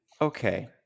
Okay